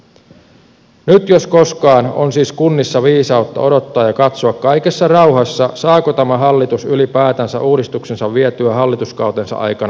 nyt jos koskaan on siis kunnissa viisautta odottaa ja katsoa kaikessa rauhassa saako tämä hallitus ylipäätänsä uudistuksensa vietyä hallituskautensa aikana läpi